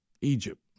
Egypt